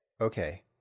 okay